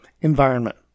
environment